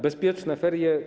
Bezpieczne ferie.